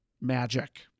magic